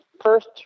first